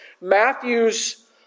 Matthew's